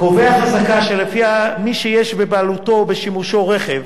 חזקה שלפיה מי שיש בבעלותו או בשימושו רכב,